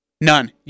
None